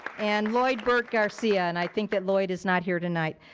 and lloyd burke garcia and i think that lloyd is not here tonight.